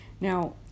Now